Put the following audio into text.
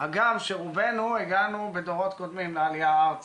אגב כשרובנו הגענו בדורות קודמים בעלייה ארצה.